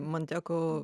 man teko